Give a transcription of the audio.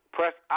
Press